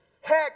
Heck